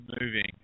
moving